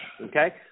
okay